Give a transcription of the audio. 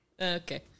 Okay